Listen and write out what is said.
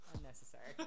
Unnecessary